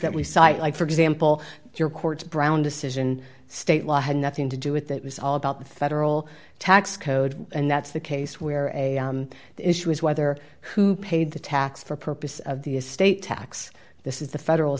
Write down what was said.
that we cite for example your courts brown decision state law had nothing to do with that was all about the federal tax code and that's the case where the issue is whether who paid the tax for purposes of the estate tax this is the federal